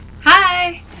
Hi